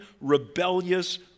rebellious